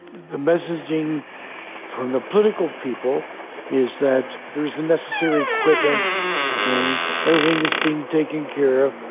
the messaging from the political people is that there's the necessary equipment and everything is being taken care of.